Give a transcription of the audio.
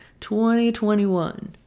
2021